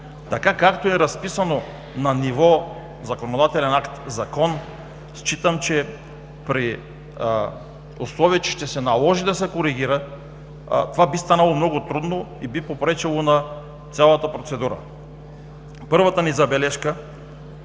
Така, както е разписано на ниво законодателен акт – закон, смятам, че при условие, че ще се наложи да се коригира, това би станало много трудно и би попречило на цялата процедура. Първата ни забележка